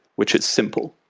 which is simple.